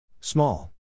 Small